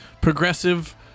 progressive